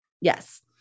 Yes